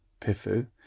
PIFU